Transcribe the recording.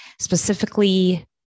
specifically